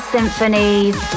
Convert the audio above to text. Symphonies